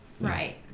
right